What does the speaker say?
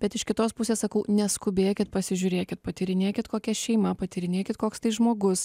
bet iš kitos pusės sakau neskubėkit pasižiūrėkit patyrinėkit kokia šeima patyrinėkit koks tai žmogus